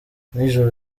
nijoro